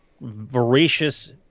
voracious